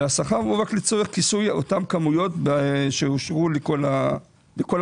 והשכר הוא רק לצורך כיסוי אותן כמויות שאושרו לכל המערכת.